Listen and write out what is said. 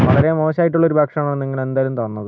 വളരെ മോശം ആയിട്ടുള്ളൊരു ഭക്ഷണം ആണ് നിങ്ങൾ എന്തായാലും തന്നത്